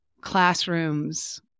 classrooms